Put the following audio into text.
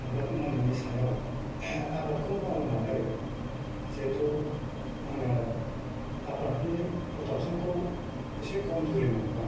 आबाद मावनायनि सायाव आबादखौ मावनानै जिहेथु आङो आबादनि प्रडाक्सन खौ एसे खमजरि मोनबाय